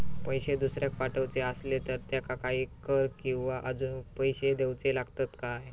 पैशे दुसऱ्याक पाठवूचे आसले तर त्याका काही कर किवा अजून पैशे देऊचे लागतत काय?